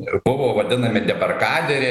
ir buvo vadinami debarkaderiai